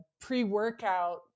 pre-workout